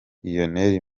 lionel